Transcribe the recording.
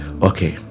Okay